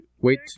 wait